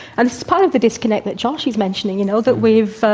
and this is part of the disconnect that josh is mentioning. you know, that we've.